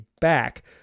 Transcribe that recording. back